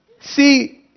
See